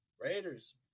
Raiders